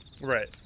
Right